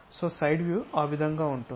కాబట్టి side view ఆ విధంగా ఉంటుంది